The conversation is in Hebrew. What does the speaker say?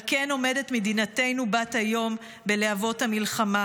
על כן עומדת מדינתנו בת היום בלהבות המלחמה.